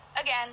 again